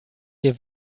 wir